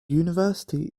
university